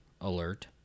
alert